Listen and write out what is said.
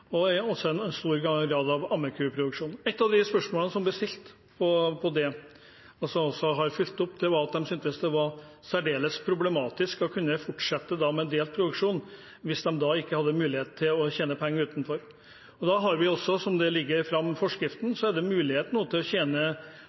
jeg fikk også framført deres tydelige meldinger. Det var et gårdsbruk som hadde en delt produksjon, både pelsdyr og i stor grad ammekuproduksjon. Et av de spørsmålene som ble stilt, og som jeg også har fulgt opp, var at de syntes det var særdeles problematisk å fortsette med delt produksjon hvis de ikke hadde mulighet til å tjene penger utenfor. Som det ligger i forskriften, er det nå mulig å tjene